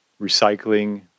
recycling